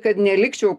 kad nelikčiau